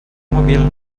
mobil